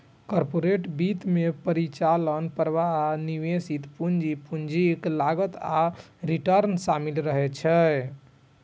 corporate वित्त मे परिचालन प्रवाह, निवेशित पूंजी, पूंजीक लागत आ रिटर्न शामिल रहै छै